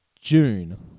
June